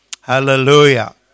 Hallelujah